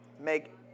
Make